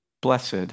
Blessed